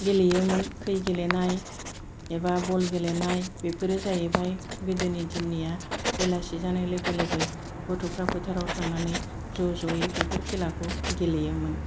गेलेयोमोन खै गेलेनाय एबा बल गेलेनाय बेफोरो जाहैबाय गोदोनि दिननिया बेलासि जानाय लोगो लोगो गथ'फोरा फोथाराव थांनानै ज' ज'यै बेफोर खेलाखौ गेलेयोमोन